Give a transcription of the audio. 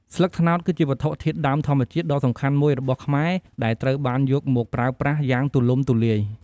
ស្លឹកត្នោតគឺជាវត្ថុធាតុដើមធម្មជាតិដ៏សំខាន់មួយរបស់ខ្មែរ ដែលត្រូវបានយកមកប្រើប្រាស់យ៉ាងទូលំទូលាយ។